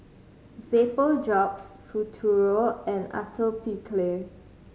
Vapodrops Futuro and Atopiclair